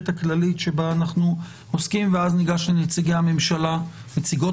הכללית שבה אנחנו עוסקים ואז ניגש לנציגות הממשלה